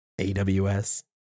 AWS